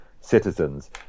citizens